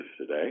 today